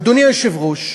אדוני היושב-ראש,